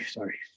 Sorry